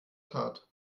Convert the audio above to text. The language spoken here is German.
tat